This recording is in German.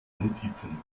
notizen